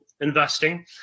investing